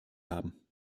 haben